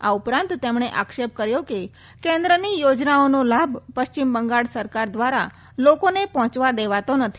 આ ઉપરાંત તેમણે આક્ષેપ કર્યો કે કેન્દ્રની યોજનાઓનો લાભ પશ્ચિમ બંગાળ સરકાર દ્વારા લોકોને પહોંચવા દેવાતો નથી